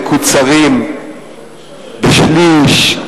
מקוצרים בשליש,